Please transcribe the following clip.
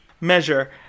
measure